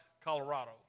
Colorado